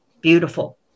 beautiful